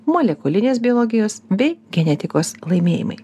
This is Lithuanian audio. molekulinės biologijos bei genetikos laimėjimai